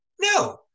no